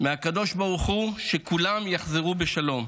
מהקדוש ברוך הוא שכולם יחזרו בשלום.